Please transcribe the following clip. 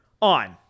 on